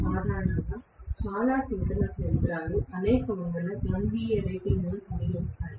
సాధారణంగా చాలా సింక్రోనస్ యంత్రాలు అనేక వందల MVA రేటింగ్ను కలిగి ఉంటాయి